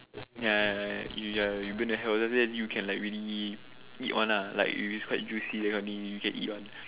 ya ya ya you burn the hair then after that you like really eat one lah it's quite juicy that kind of thing you can eat one